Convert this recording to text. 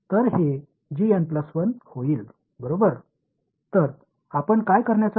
pulse வகைகளின் அடிப்படையில் இந்த செயல்பாட்டை தோராயமாக மதிப்பிட முயற்சிக்கிறோம்